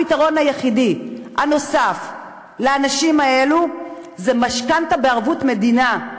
הפתרון היחידי הנוסף לאנשים האלו זה משכנתה בערבות מדינה.